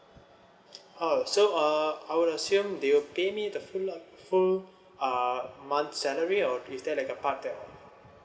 oh so uh I would assume do you pay me the full or full uh month's salary or is there like a parted